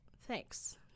thanks